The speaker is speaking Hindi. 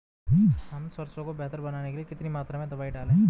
हम सरसों को बेहतर बनाने के लिए कितनी मात्रा में दवाई डालें?